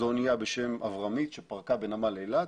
זו אונייה בשם אברמית שפרקה בנמל אילת,